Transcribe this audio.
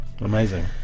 Amazing